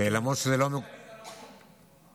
למרות שזה לא, בכל רגע נתון.